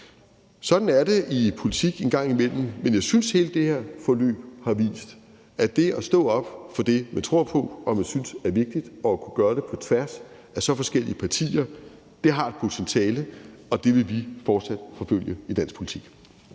Sådan er det i politik en gang imellem. Men jeg synes, at hele det her forløb har vist, at det at stå op for det, man tror på, og som man synes er vigtigt, og at kunne gøre det på tværs af så forskellige partier, har potentiale, og det vil vi fortsat forfølge i dansk politik.